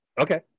Okay